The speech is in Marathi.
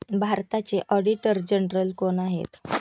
भारताचे ऑडिटर जनरल कोण आहेत?